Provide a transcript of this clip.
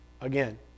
Again